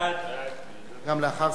סעיף 3 נתקבל.